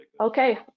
okay